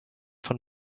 von